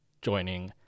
joining